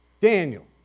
Daniel